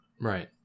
Right